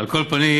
על כל פנים,